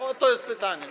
Oto jest pytanie.